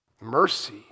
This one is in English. mercy